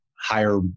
higher